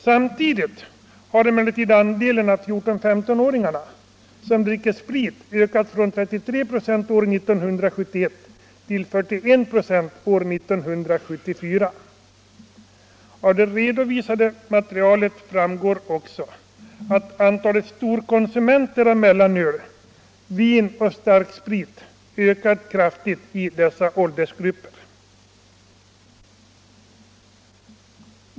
Samtidigt har emellertid andelen av 14—-15-åringarna som dricker sprit ökat från 33 96 år 1971 till 41 96 år 1974. Av det redovisade materialet framgår också att antalet storkonsumenter av mellanöl, vin och starksprit ökat kraftigt i dessa åldersgrupper.